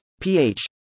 pH